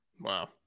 Wow